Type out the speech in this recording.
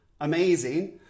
Amazing